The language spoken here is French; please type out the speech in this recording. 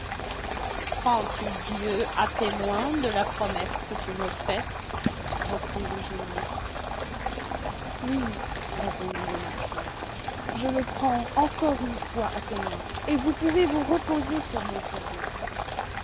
prends-tu dieu à témoin de la promesse que tu me fais reprit le génie oui répondit le marchand je le prends encore une fois à témoin et vous pouvez vous reposer sur mon serment